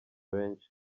benshi